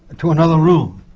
to another room,